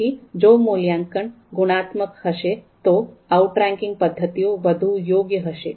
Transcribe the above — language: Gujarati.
તેથી જો મૂલ્યાંકન ગુણાત્મક હશે તો આઉટરેન્કિંગ પદ્ધતિઓ વધુ યોગ્ય હશે